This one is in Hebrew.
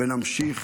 ונמשיך,